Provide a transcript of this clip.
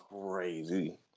crazy